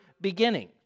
beginning